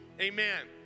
Amen